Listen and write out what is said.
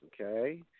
okay